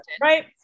Right